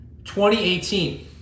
2018